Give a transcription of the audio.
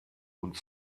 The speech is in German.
und